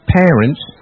parents